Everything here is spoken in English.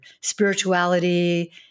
spirituality